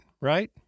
right